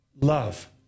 love